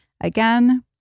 again